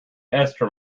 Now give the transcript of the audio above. esther